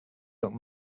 wrote